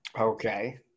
okay